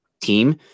team